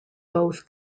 both